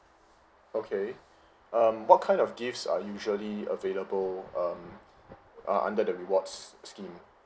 okay um what kind of gifts are usually available um uh under the rewards scheme